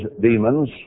demons